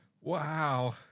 Wow